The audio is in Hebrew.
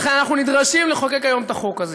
ולכן אנחנו נדרשים לחוקק היום את החוק הזה.